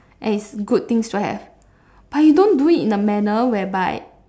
and is good things to have but you don't do it in a manner whereby